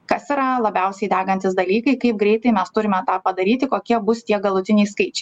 kas yra labiausiai degantys dalykai kaip greitai mes turime tą padaryti kokie bus tie galutiniai skaičiai